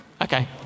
Okay